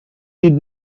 did